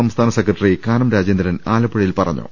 സംസ്ഥാന സെക്രട്ടറി കാനം രാജേന്ദ്രൻ ആല പ്പുഴയിൽ പറഞ്ഞു